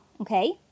okay